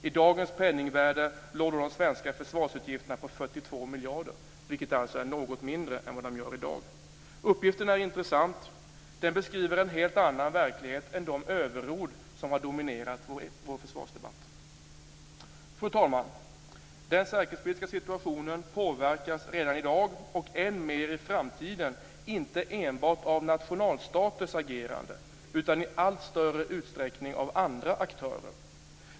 I dagens penningvärde låg då de svenska försvarsutgifterna på 42 miljarder kronor, vilket är något mindre än i dag. Uppgiften är intressant. Den beskriver en helt annan verklighet än de överord som har dominerat vår försvarsdebatt. Fru talman! Den säkerhetspolitiska situationen påverkas redan i dag, och än mer i framtiden, inte enbart av nationalstaters agerande, utan i allt större utsträckning av andra aktörer.